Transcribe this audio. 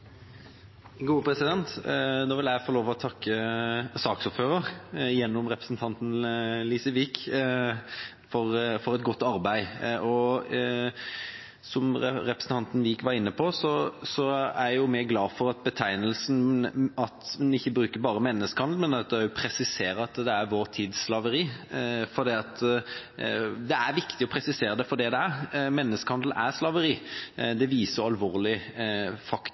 å takke saksordføreren, gjennom representanten Lise Wiik, for et godt arbeid. Som representanten Wiik var inne på, er vi glad for at en ikke bare bruker betegnelsen «menneskehandel», men at en også presiserer at det er vår tids slaveri. Det er viktig å presisere det, for det er det det er. Menneskehandel er slaveri, og det viser hvor alvorlig